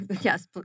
yes